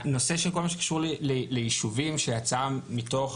הנושא של כל מה שקשור לישובים שיצא מתוך